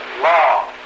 law